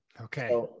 okay